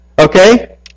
Okay